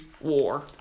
war